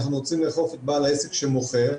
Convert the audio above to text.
אנחנו רוצים לאכוף את בעל העסק שמוכר,